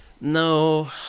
No